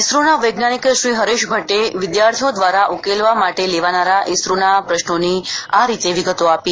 ઇસરોના વૈજ્ઞાનિક શ્રી હરેશ ભટ્ટે વિદ્યાર્થીઓ દ્વારા ઉકેલવા માટે લેવાનારા ઇસરો ના પ્રશ્નોની આ રીતે વિગતો આપી